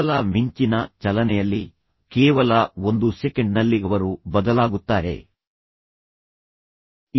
ಕೇವಲ ಮಿಂಚಿನ ಚಲನೆಯಲ್ಲಿ ಕೇವಲ ಒಂದು ಸೆಕೆಂಡ್ ನಲ್ಲಿಅವರು ಬದಲಾಗುತ್ತಾರೆ ಮತ್ತು ಬದಲಾಗುತ್ತಾರೆ ಎಂದು ಭಾವಿಸುತ್ತಾರೆ ಮತ್ತು ನಂತರ ಅವರು ಸಂಪೂರ್ಣವಾಗಿ ಬದಲಾಗುತ್ತಾರೆ